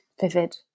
vivid